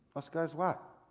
us guys what?